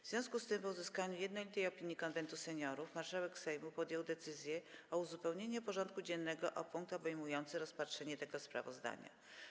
W związku z tym, po uzyskaniu jednolitej opinii Konwentu Seniorów, marszałek Sejmu podjął decyzję o uzupełnieniu porządku dziennego o punkt obejmujący rozpatrzenie tego sprawozdania.